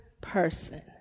person